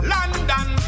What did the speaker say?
London